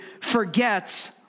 forgets